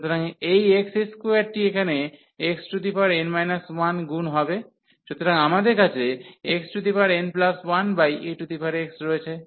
সুতরাং এই x2 টি এখানে xn 1 গুণ হবে সুতরাং আমাদের কাছে xn1ex রয়েছে